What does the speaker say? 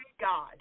God